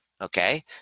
Okay